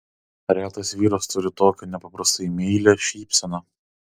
retas vyras turi tokią nepaprastai meilią šypseną